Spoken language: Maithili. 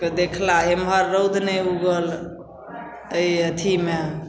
के देखला एम्हर रौद नहि उगल एहि अथीमे